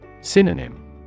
Synonym